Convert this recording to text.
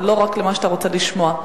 ולא רק למה שאתה רוצה לשמוע.